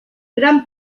gran